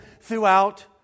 throughout